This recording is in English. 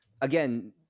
again